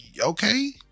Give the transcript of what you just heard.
Okay